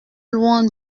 loin